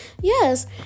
Yes